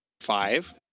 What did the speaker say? Five